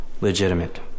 legitimate